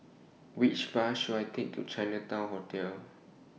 Which Bus should I Take to Chinatown Hotel